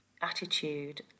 attitude